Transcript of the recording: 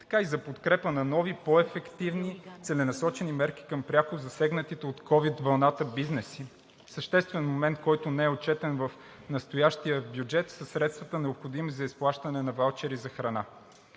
така и за подкрепа на нови по-ефективни целенасочени мерки към пряко засегнатите от ковид вълната бизнеси. Съществен момент, който не е отчетен в настоящия бюджет, са средствата, необходими за изплащане на ваучери за храна.